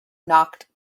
knocked